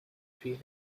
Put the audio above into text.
feed